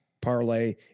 parlay